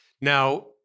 Now